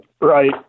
Right